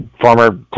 former